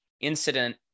incident